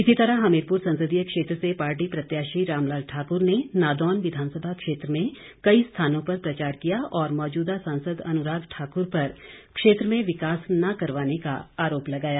इसी तरह हमीरपुर संसदीय क्षेत्र से पार्टी प्रत्याशी रामलाल ठाकुर ने नादौन विधानसभा क्षेत्र में कई स्थानों पर प्रचार किया और मौजूदा सांसद अनुराग ठाकुर पर क्षेत्र में विकास न करवाने का आरोप लगाया